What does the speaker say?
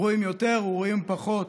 ראויים יותר או ראויים פחות.